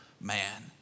man